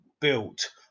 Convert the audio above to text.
built